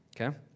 Okay